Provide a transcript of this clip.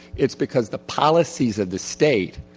it's because the policies of the state,